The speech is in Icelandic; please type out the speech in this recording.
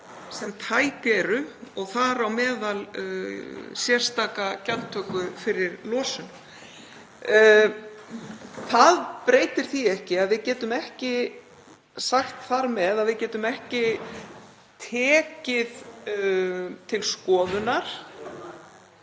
sem tæk eru, þar á meðal sérstaka gjaldtöku fyrir losun. Það breytir því ekki að við getum ekki sagt þar með að við getum ekki tekið til skoðunar